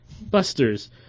Busters